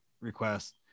request